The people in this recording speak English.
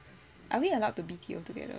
are we allowed to B_T_O together